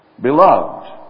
Beloved